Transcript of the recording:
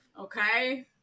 Okay